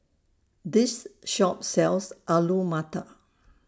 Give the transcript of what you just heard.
This Shop sells Alu Matar